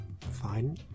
fine